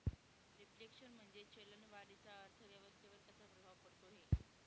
Reflation म्हणजे चलन वाढीचा अर्थव्यवस्थेवर कसा प्रभाव पडतो है?